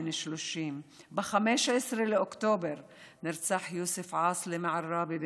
בן 30. ב-15 באוקטובר נרצח יוסף עאסלה מעראבה,